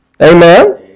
amen